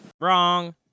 Wrong